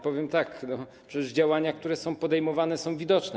Powiem tak: przecież działania, które są podejmowane, są widoczne.